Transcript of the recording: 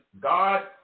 God